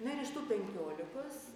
na ir iš tų penkiolikos